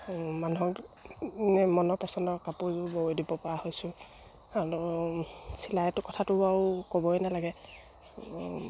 মানুহক মনৰ পচন্দৰ কাপোৰোৰ বৈ দিব পৰা হৈছোঁ আৰু চিলাইটো কথাটো আৰু ক'বই নালাগে